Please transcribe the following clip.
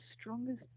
strongest